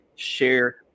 share